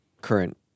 current